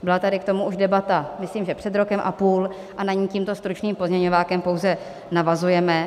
Byla tady k tomu už debata, myslím, že před rokem a půl, a na ni tímto stručným pozměňovákem pouze navazujeme.